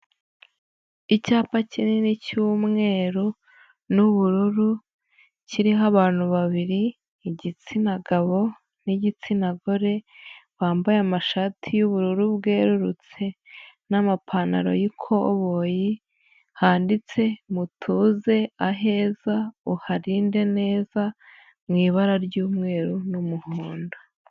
Icyapa kinini cy'umweru, n'ubururu, kiriho abantu babiri, igitsina gabo, n'igitsina gore, bambaye amashati y'ubururu bwerurutse, n'amapantaro y'ikoboyi, handitse, mutuze aheza uharinde neza, mu ibara ry'umweru n'umuhondo.